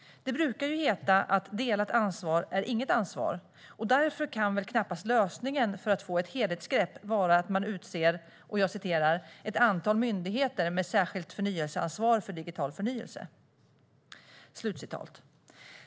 Det brukar ju heta att delat ansvar är inget ansvar, och därför kan väl knappast lösningen för att få ett helhetsgrepp vara att man utser - jag citerar - "ett antal myndigheter med särskilt förnyelseansvar för digital förnyelse".